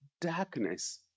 darkness